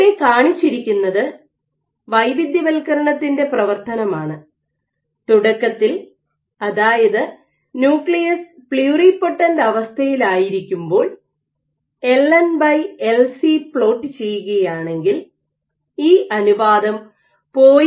ഇവിടെ കാണിച്ചിരിക്കുന്നത് വൈവിധ്യവൽക്കരണത്തിന്റെ പ്രവർത്തനമാണ് തുടക്കത്തിൽ അതായത് ന്യൂക്ലിയസ് പ്ലൂറിപൊട്ടൻറ് അവസ്ഥയിലായിരിക്കുമ്പോൾ L N by L C LNLC plot ചെയ്യുകയാണെങ്കിൽ ഈ അനുപാതം 0